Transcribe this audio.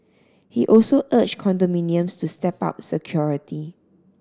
he also urged condominiums to step up security